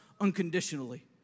unconditionally